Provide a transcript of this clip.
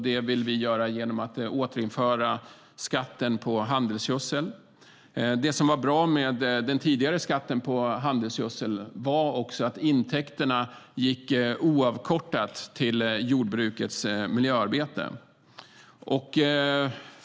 Det vill vi göra genom att återinföra skatten på handelsgödsel. Det som var bra med den tidigare skatten på handelsgödsel var att intäkterna gick oavkortat till jordbrukets miljöarbete.